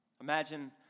Imagine